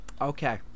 okay